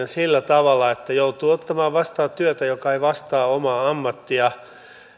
sillä tavalla että joutuu ottamaan vastaan työtä joka ei vastaa omaa ammattia